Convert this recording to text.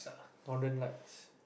northern lights